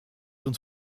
uns